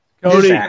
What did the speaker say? Cody